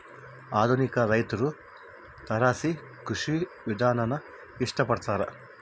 ಆಧುನಿಕ ರೈತ್ರು ತಾರಸಿ ಕೃಷಿ ವಿಧಾನಾನ ಇಷ್ಟ ಪಡ್ತಾರ